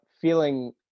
feeling –